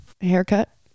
haircut